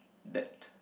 that